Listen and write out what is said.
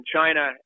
China